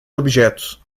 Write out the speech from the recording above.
objetos